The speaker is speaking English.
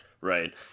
right